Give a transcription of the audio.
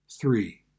Three